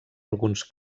alguns